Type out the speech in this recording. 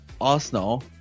Arsenal